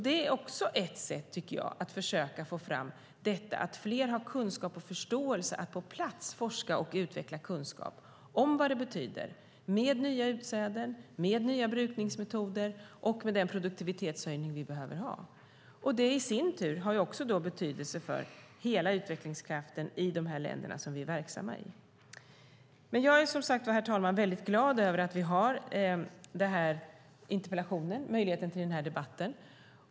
Det är också ett sätt att försöka få fram att fler har kunskap och förståelse för att på plats forska och utveckla kunskap om vad det betyder med nya utsäden, nya brukningsmetoder och den produktivitetshöjning vi behöver ha. Det i sin tur har betydelse för hela utvecklingskraften i de länder där vi är verksamma. Jag är, herr talman, väldigt glad över att vi har den här interpellationen och möjligheten till den här debatten.